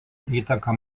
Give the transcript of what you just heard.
įtaka